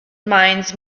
mines